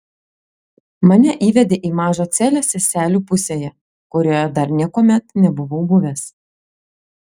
mane įvedė į mažą celę seselių pusėje kurioje dar niekuomet nebuvau buvęs